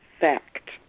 fact